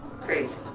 Crazy